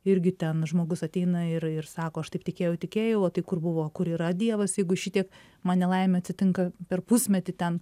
irgi ten žmogus ateina ir ir sako aš taip tikėjau tikėjau tik kur buvo kur yra dievas jeigu šitiek man nelaimių atsitinka per pusmetį ten